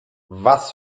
was